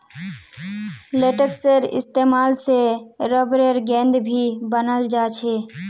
लेटेक्सेर इस्तेमाल से रबरेर गेंद भी बनाल जा छे